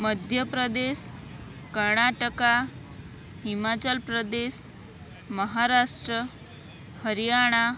Madhya Pradesh Karnataka Himachal Pradesh Maharashtra Haryana